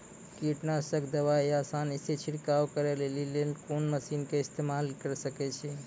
कीटनासक दवाई आसानीसॅ छिड़काव करै लेली लेल कून मसीनऽक इस्तेमाल के सकै छी?